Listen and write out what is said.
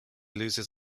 loses